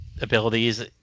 abilities